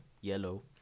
yellow